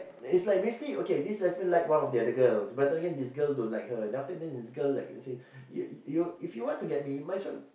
is like basically okay this lesbian like one of the other girls but then again this girl don't like her then after then this girl like you say you you if you to get me might as well